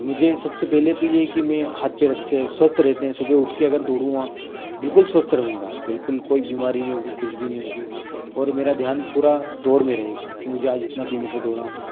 मुझे सबसे पहले तो ये है कि मैं हाथ पैर अच्छे स्वस्थ रहते हैं सुबेह उठ के अगर दौड़ूँगा तो बिलकुल स्वस्थ रहूँगा बिलकुल कोई बीमारी नहीं होगी कुछ भी नहीं होगी और मेरा ध्यान पूरा दौड़ में रहेगा कि मुझे आज इतना किलोमीटर दौड़ा हूँ